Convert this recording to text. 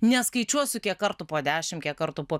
neskaičiuosiu kiek kartų po dešim kiek kartų po